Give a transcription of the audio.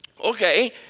okay